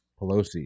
Pelosi